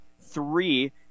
three